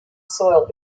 soil